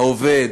העובד,